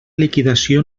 liquidació